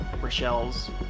Rochelle's